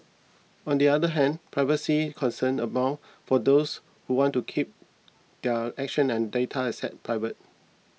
on the other hand privacy concerned abound for those who want to keep their actions and data assets private